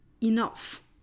enough